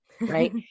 right